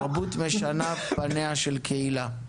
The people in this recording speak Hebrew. תרבות משנה את פניה של הקהילה.